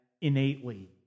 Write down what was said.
innately